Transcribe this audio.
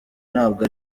ntabwo